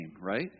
right